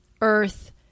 earth